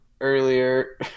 earlier